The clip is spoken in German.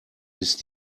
ist